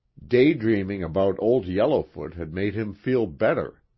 daydreaming about old yellowfoot had made him feel better.